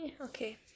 okay